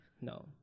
No